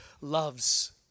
loves